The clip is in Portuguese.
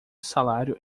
salário